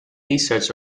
research